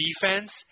defense